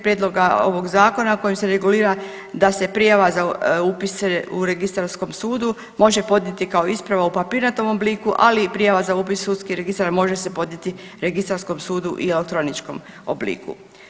Prijedloga ovog zakona kojim se regulira da se prijava za upis u Registarskom sudu može podnijeti kao isprava u papirnatom obliku ali i prijava u Sudski registar može se podnijeti Registarskom sudu i u elektroničkom obliku.